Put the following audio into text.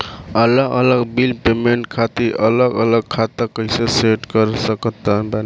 अलग अलग bill payment खातिर अलग अलग खाता कइसे सेट कर सकत बानी?